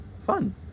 Fun